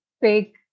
big